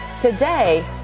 today